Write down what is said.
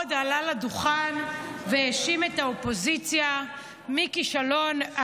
שעוד עלה לדוכן והאשים את האופוזיציה בכישלון,